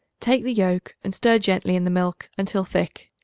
take the yolk, and stir gently in the milk until thick.